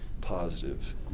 positive